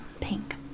pink